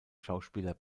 schauspieler